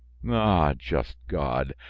ah! just god!